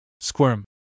Squirm